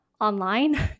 online